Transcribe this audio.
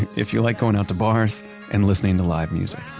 if you like going out to bars and listening to live music.